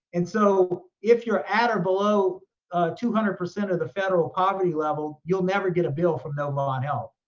and so, if you're at or below two hundred percent of the federal poverty level, you'll never get a bill from novant health.